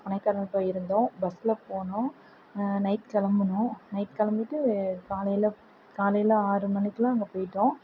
கொடைக்கானல் போயிருந்தோம் பஸ்ஸில் போனோம் நைட் கிளம்புனோம் நைட் கிளம்பிட்டு காலையில் காலையில் ஆறு மணிக்கெலாம் அங்கே போயிட்டோம்